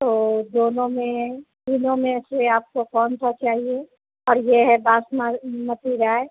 तो दोनों में तीनों में से आपको कौन सा चाहिए और यह है बास मती राय